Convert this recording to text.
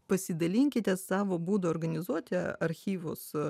pasidalinkite savo būdu organizuoti archyvus